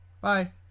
bye